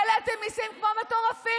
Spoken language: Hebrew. העליתם מיסים כמו מטורפים,